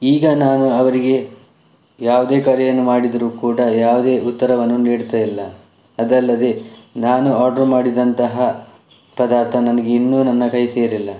ಈಗ ನಾನು ಅವರಿಗೆ ಯಾವುದೇ ಕರೆಯನ್ನು ಮಾಡಿದರೂ ಕೂಡ ಯಾವುದೇ ಉತ್ತರವನ್ನು ನೀಡ್ತಾ ಇಲ್ಲ ಅದಲ್ಲದೆ ನಾನು ಆರ್ಡರ್ ಮಾಡಿದಂತಹ ಪದಾರ್ಥ ನನಗೆ ಇನ್ನೂ ನನ್ನ ಕೈ ಸೇರಿಲ್ಲ